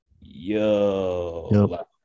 yo